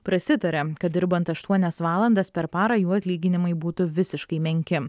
prasitaria kad dirbant aštuonias valandas per parą jų atlyginimai būtų visiškai menki